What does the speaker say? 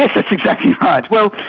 like that's exactly right. well,